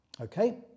Okay